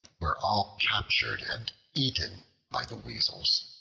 were all captured and eaten by the weasels.